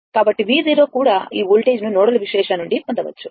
కాబట్టి V కూడా ఈ వోల్టేజ్ను నోడల్ విశ్లేషణ నుండి పొందవచ్చు